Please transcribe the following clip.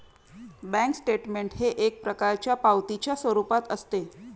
bank statement हे एक प्रकारच्या पावतीच्या स्वरूपात असते